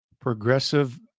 progressive